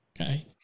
okay